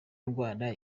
ndwara